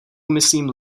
myslím